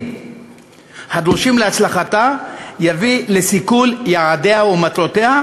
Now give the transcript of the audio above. הדרושים להצלחתה יביא לסיכול יעדיה ומטרותיה,